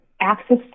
access